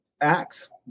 acts